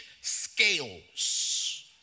scales